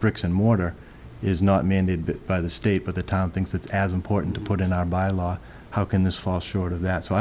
bricks and mortar is not mandated by the state but the town thinks it's as important to put in are by law how can this fall short of that so i